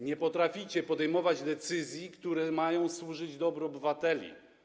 Nie potraficie podejmować decyzji, które mają służyć dobru obywateli.